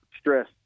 stress